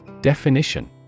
Definition